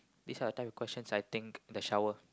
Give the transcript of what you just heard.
this are the types of questions I think in the shower